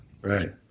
Right